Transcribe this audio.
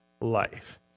life